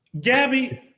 Gabby